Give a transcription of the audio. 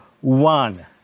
one